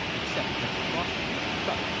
except at the cross-trees and truck,